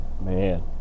man